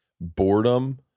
boredom